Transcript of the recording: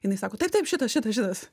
jinai sako taip taip šitas šitas šitas